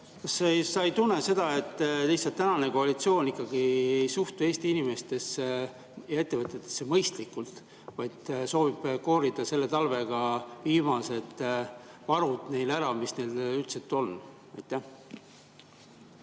Kas sa ei tunne seda, et lihtsalt tänane koalitsioon ikkagi ei suhtu Eesti inimestesse ja ettevõtetesse mõistlikult, vaid soovib koorida selle talvega neilt ära viimased varud, mis neil üldse on? See,